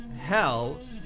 hell